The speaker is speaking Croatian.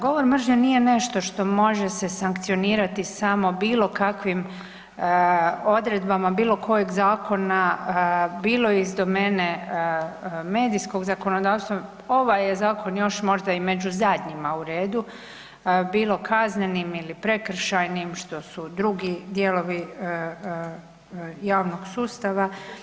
Govor mržnje nije nešto što može se sankcionirati samo bilokakvim odredbama bilokojeg zakona, bilo iz domene medijskog zakonodavstva, ovaj je zakon još možda i među zadnjima u redu bilo kaznenim ili prekršajnim što su drugi dijelovi javnog sustava.